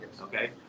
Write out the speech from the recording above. Okay